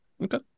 Okay